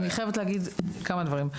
אני חייבת להגיד כמה דברים.